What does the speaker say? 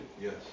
Yes